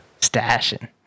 Stashing